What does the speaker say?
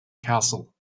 castle